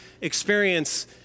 experience